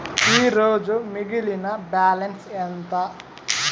ఈరోజు మిగిలిన బ్యాలెన్స్ ఎంత?